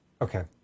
Okay